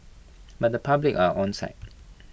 but the public are onside